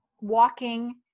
walking